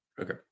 Okay